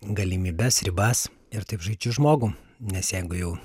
galimybes ribas ir taip žaidžiu žmogų nes jeigu jau